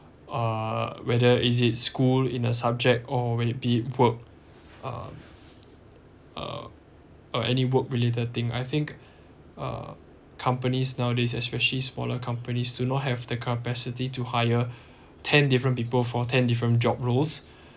uh whether is it school in a subject or when it be work uh or any work related thing I think uh companies nowadays especially smaller companies do not have the capacity to hire ten different people for ten different job roles